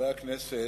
חברי הכנסת,